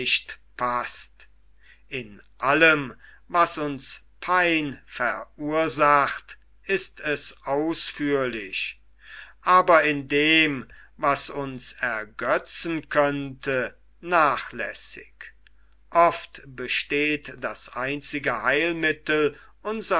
paßt in allem was uns pein verursacht ist es ausführlich aber in dem was uns ergötzen könnte nachlässig oft besteht das einzige heilmittel